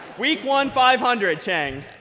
week one, five hundred, cheng.